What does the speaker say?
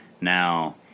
now